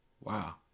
Wow